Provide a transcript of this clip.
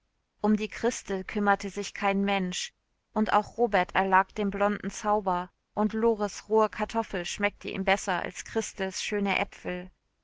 um die christel kümmerte sich kein mensch und auch robert erlag dem blonden zauber und lores rohe kartoffel schmeckte ihm besser als christels schöne äpfel